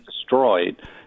destroyed